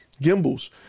gimbals